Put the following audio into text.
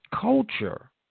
culture